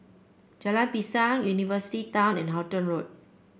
Jalan Pisang University Town and Halton Road